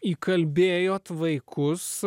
įkalbėjote vaikus